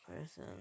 person